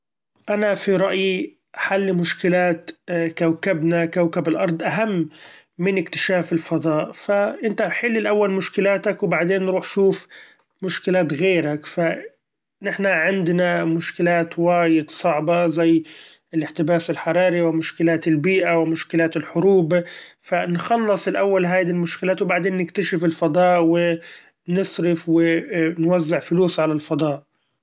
أنا في رأيي حل مشكلات كوكبنا كوكب الارض اهم من اكتشاف الفضاء، ف إنت حل الأول مشكلاتك وبعدين روح شوف مشكلات غيرك ، ف نحنا عندنا مشكلات وايد صعبة زي الاحتباس الحراري ومشكلات البيئة ومشكلات الحروب ، ف نخلص الأول هذي المشكلات وبعدين نكتشف الفضاء و نصرف و نوزع فلوس على الفضاء.